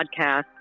podcast